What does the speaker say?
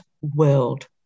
world